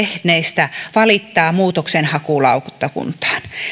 saaneista valittaa muutoksenhakulautakuntaan